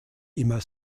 immer